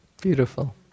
Beautiful